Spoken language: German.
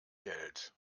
geld